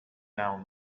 down